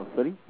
sorry